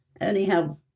Anyhow